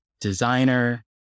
designer